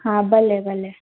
हा भले भले